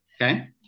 Okay